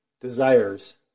desires